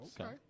Okay